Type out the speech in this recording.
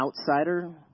outsider